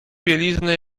bieliznę